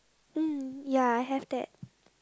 mm ya I have that